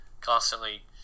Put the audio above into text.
constantly